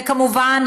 וכמובן,